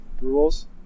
rules